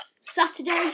Saturday